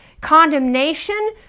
condemnation